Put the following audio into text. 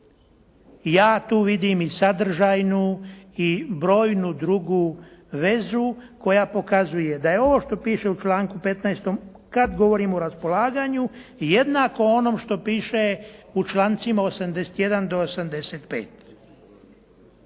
Ja tu vidim i sadržajnu i brojnu drugu vezu koja pokazuje da je ovo što piše u članku 15., kad govorimo o raspolaganju, jednako onom što piše u člancima 81. do 85.